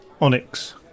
Onyx